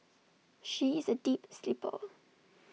she is A deep sleeper